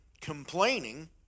Complaining